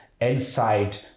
inside